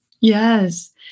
Yes